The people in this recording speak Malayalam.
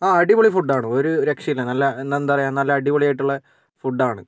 ആ അടിപൊളി ഫുഡ് ആണ് ഒരു രക്ഷയും ഇല്ല പിന്നെ എന്താണ് പറയുക നല്ല അടിപൊളിയായിട്ടുള്ള ഫുഡ് ആണ്